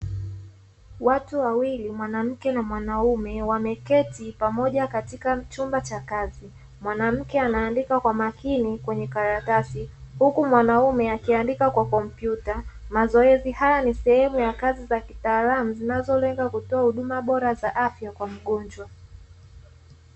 Watu wawili mwanamke na mwanaume wameketi pamoja katika chumba cha kazi, Mwanamke anaandika kwa makini kwenye karatasi huku mwanaume akiandika kwa kompyta. Mazoezi hayo nisehemu ya kazi za kitaalamu zinazo lenga kutoa huduma bora ya afya kwa mgonjwa.